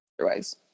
otherwise